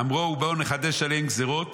"אמרו: בואו ונחדש עליהם גזרות